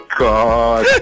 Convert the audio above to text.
god